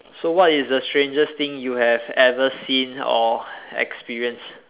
so what is the strangest thing you have ever seen or experienced